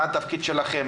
מה התפקיד שלכם,